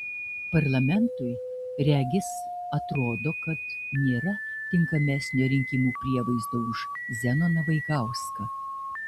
parlamentui regis atrodo kad nėra tinkamesnio rinkimų prievaizdo už zenoną vaigauską